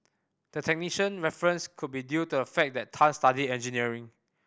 the technician reference could be due to the fact that Tan studied engineering